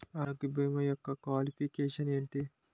ఆరోగ్య భీమా యెక్క క్వాలిఫికేషన్ ఎంటి?